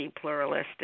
pluralistic